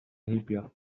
heibio